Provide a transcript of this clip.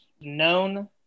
known